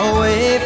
Away